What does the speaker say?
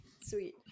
sweet